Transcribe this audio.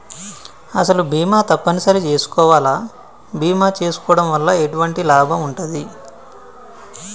అసలు బీమా తప్పని సరి చేసుకోవాలా? బీమా చేసుకోవడం వల్ల ఎటువంటి లాభం ఉంటది?